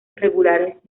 regulares